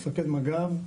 למפקד מג"ב,